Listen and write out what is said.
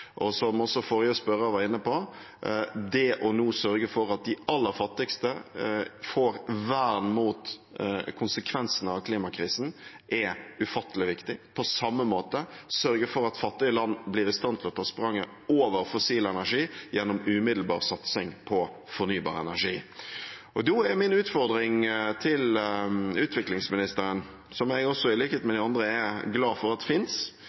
ett. Som også forrige spørrer var inne på, er det nå å sørge for at de aller fattigste får vern mot konsekvensene av klimakrisen, ufattelig viktig, og på samme måte å sørge for at fattige land blir i stand til å ta spranget over fossil energi gjennom umiddelbar satsing på fornybar energi. Da er min utfordring til utviklingsministeren – som jeg i likhet med de andre er glad for at